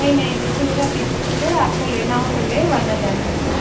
نہیں نہیں دیکھیے میرا فکسٹ ہے آپ کو لینا ہو تو لیں ورنہ جانے دیں